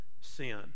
sin